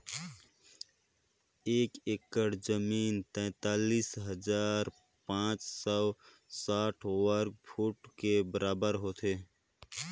एक एकड़ जमीन तैंतालीस हजार पांच सौ साठ वर्ग फुट के बराबर होथे